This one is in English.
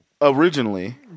originally